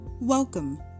Welcome